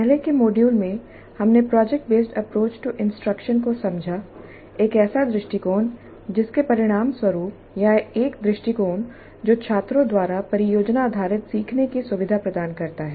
पहले के मॉड्यूल में हमने project based approach to instruction को समझा एक ऐसा दृष्टिकोण जिसके परिणामस्वरूप या एक दृष्टिकोण जो छात्रों द्वारा परियोजना आधारित सीखने की सुविधा प्रदान करता है